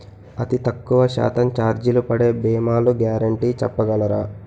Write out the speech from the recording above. అతి తక్కువ శాతం ఛార్జీలు పడే భీమాలు గ్యారంటీ చెప్పగలరా?